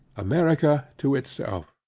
america to itself.